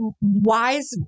wise